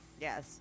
Yes